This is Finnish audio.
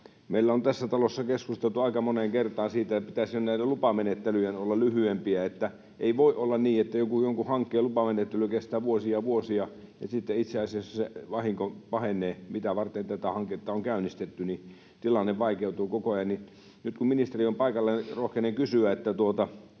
Meillä on tässä talossa keskusteltu aika moneen kertaan siitä, pitäisikö lupamenettelyjen olla lyhyempiä. Ei voi olla niin, että jonkun hankkeen lupamenettely kestää vuosia ja vuosia ja sitten itse asiassa se vahinko pahenee, mitä varten sitä hanketta on käynnistetty, ja tilanne vaikeutuu koko ajan. Nyt kun ministeri on paikalla, niin rohkenen kysyä, onko